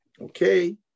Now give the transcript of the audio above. Okay